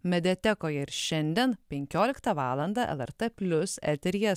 mediatekoje ir šiandien penkioliktą valandą lrt plius eteryje